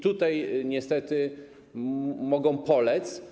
Tutaj niestety mogą polec.